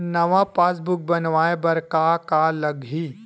नवा पासबुक बनवाय बर का का लगही?